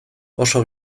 oso